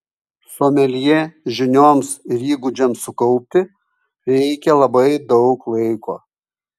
someljė žinioms ir įgūdžiams sukaupti reikia labai daug laiko